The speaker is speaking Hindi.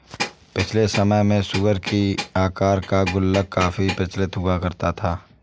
पिछले समय में सूअर की आकार का गुल्लक काफी प्रचलित हुआ करता था